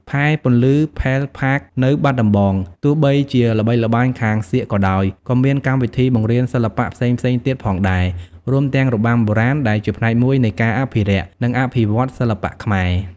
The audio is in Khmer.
ផែ ពន្លឺ ផេលផាកនៅបាត់ដំបង ទោះបីជាល្បីល្បាញខាងសៀកក៏ដោយ ក៏មានកម្មវិធីបង្រៀនសិល្បៈផ្សេងៗទៀតផងដែរ រួមទាំងរបាំបុរាណ ដែលជាផ្នែកមួយនៃការអភិរក្ស និងអភិវឌ្ឍន៍សិល្បៈខ្មែរ។